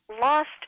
lost